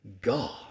God